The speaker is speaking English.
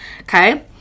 okay